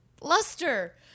Luster